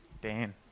dan